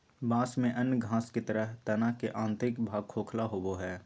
बाँस में अन्य घास के तरह तना के आंतरिक भाग खोखला होबो हइ